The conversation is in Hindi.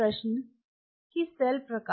प्रश्न 1 सेल प्रकार